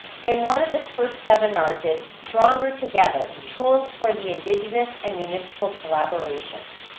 and one of this first seminars is stronger together, tools for the indigenous and municipal collaborations.